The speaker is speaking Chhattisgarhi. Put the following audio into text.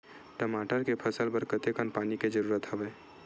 टमाटर के फसल बर कतेकन पानी के जरूरत हवय?